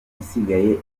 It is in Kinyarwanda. isigaye